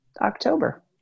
october